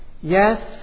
Yes